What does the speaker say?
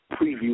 preview